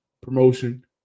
promotion